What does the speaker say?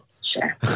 sure